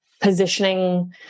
positioning